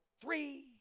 three